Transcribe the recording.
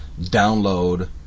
download